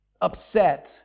upset